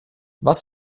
was